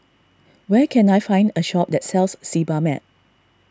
where can I find a shop that sells Sebamed